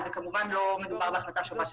אבל כמובן שלא מדובר בהחלטה של השב"ס.